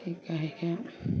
की कहय के